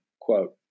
Quote